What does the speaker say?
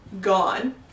gone